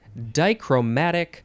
dichromatic